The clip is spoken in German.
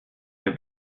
der